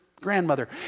grandmother